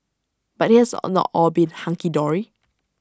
but IT has all not all been hunky dory